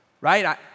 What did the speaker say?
right